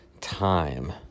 time